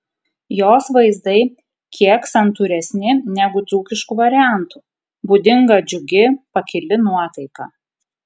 jos vaizdai kiek santūresni negu dzūkiškų variantų būdinga džiugi pakili nuotaika